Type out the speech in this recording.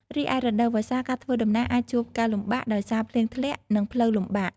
រីឯរដូវវស្សា ការធ្វើដំណើរអាចជួបការលំបាកដោយសារភ្លៀងធ្លាក់ និងផ្លូវលំបាក។